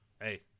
Hey